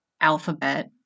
alphabet